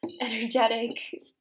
energetic